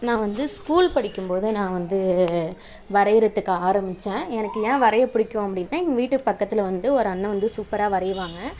நான் வந்து ஸ்கூல் படிக்கும்போது நான் வந்து வரையிறத்துக்கு ஆரம்பித்தேன் எனக்கு ஏன் வரைய பிடிக்கும் அப்படினா எங்கள் வீட்டுக்குப் பக்கத்தில் வந்து ஒரு அண்ணன் வந்து சூப்பராக வரைவாங்க